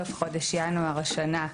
בסוף חודש ינואר השנה,